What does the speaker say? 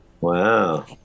wow